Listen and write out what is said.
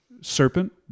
Serpent